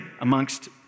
amongst